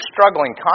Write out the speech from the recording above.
struggling